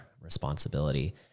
responsibility